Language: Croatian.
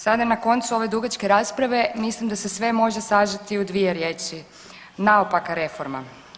Sada na koncu ove dugačke rasprave, mislim da se sve može sažeti u dvije riječi, naopaka reforma.